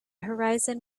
horizon